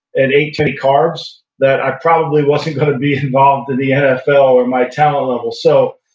and ate too many carbs, that i probably wasn't going to be involved in the nfl at my talent level. so,